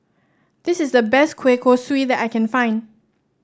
this is the best Kueh Kosui that I can find